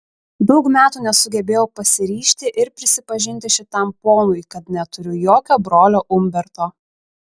daug metų nesugebėjau pasiryžti ir prisipažinti šitam ponui kad neturiu jokio brolio umberto